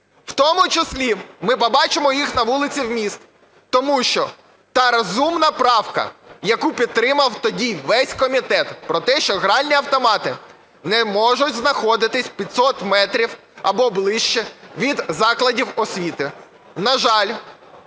у тому числі ми побачимо їх на вулицях міст, тому що та розумна правка, яку підтримав тоді весь комітет про те, що гральні автомати не можуть знаходитись 500 метрів або ближче від закладів освіти, на жаль,